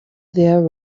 there